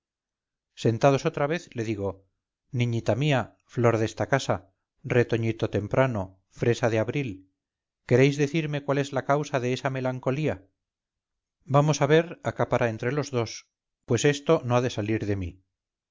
sentados otra vez le digo niñita mía flor de esta casa retoñito temprano fresa de abril queréis decirmecuál es la causa de esa melancolía vamos a ver acá para entre los dos pues esto no ha de salir de mí